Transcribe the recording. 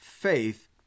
faith